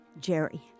Jerry